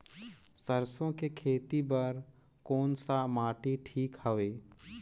सरसो के खेती बार कोन सा माटी ठीक हवे?